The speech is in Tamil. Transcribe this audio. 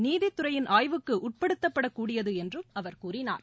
நீதித்துறையின் ஆய்வுக்கு உட்படுத்தப்படக் கூடியது என்றும் அவர் கூறினார்